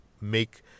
make